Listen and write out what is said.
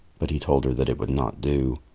but he told her that it would not do.